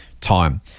time